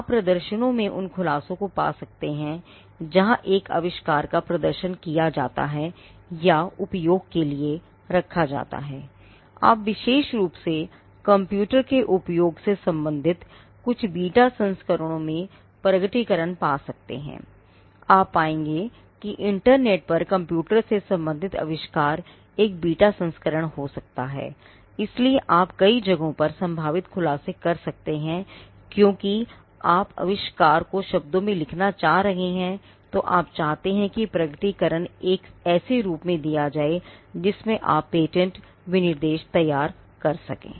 आप उन प्रोटोटाइपों चाह रहे हैं तो आप चाहते हैं कि प्रकटीकरण एक ऐसे रूप में दिया जाए जिसमें आप पेटेंट विनिर्देश तैयार कर सकें